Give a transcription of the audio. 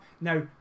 now